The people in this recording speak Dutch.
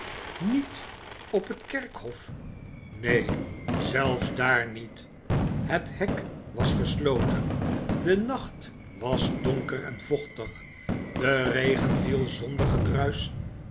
niet op het kerkhof neen zelfs daar niet het hek was gesloten de nacht was donker en vochtig en de regen viel zonder